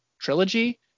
trilogy